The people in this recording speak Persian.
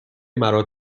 مرا